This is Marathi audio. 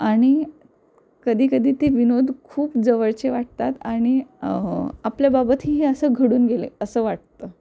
आणि कधी कधी ते विनोद खूप जवळचे वाटतात आणि आपल्याबाबतही असं घडून गेले असं वाटतं